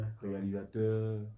réalisateur